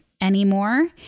anymore